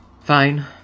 fine